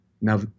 Now